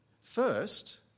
First